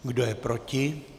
Kdo je proti?